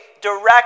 direct